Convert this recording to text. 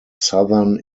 southern